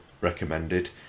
recommended